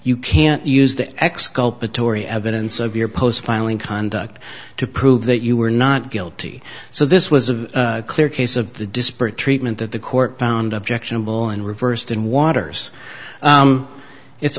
you can't use the exculpatory evidence of your post filing conduct to prove that you were not guilty so this was a clear case of the disparate treatment that the court found objectionable and reversed in waters it's